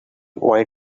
why